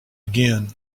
again